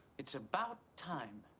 it's about time.